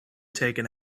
taken